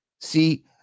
See